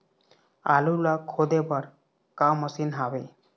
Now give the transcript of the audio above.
आलू ला खोदे बर का मशीन हावे?